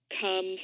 come